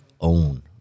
own